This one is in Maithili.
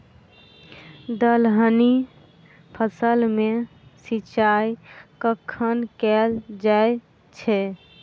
दलहनी फसल मे सिंचाई कखन कैल जाय छै?